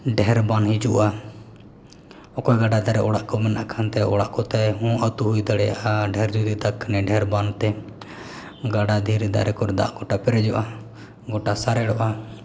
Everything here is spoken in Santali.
ᱰᱷᱮᱨ ᱵᱟᱱ ᱦᱤᱡᱩᱜᱼᱟ ᱚᱠᱟ ᱜᱟᱰᱟ ᱫᱷᱟᱨᱮ ᱚᱲᱟᱜ ᱠᱚ ᱢᱮᱱᱟᱜ ᱠᱷᱟᱱᱛᱮ ᱚᱲᱟᱜ ᱠᱚᱛᱮᱦᱚᱸ ᱟᱹᱛᱩ ᱦᱩᱭ ᱫᱟᱲᱮᱭᱟᱜᱼᱟ ᱰᱷᱮᱨ ᱡᱩᱫᱤ ᱫᱟᱜ ᱠᱷᱟᱱᱮ ᱰᱷᱮᱨ ᱵᱟᱱᱛᱮ ᱜᱟᱰᱟ ᱫᱷᱤᱨᱤ ᱫᱟᱨᱮ ᱠᱚᱨᱮ ᱫᱟᱜ ᱜᱚᱴᱟ ᱯᱮᱨᱮᱡᱚᱜᱼᱟ ᱜᱚᱴᱟ ᱥᱟᱨᱮᱲᱚᱜᱼᱟ